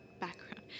background